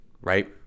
right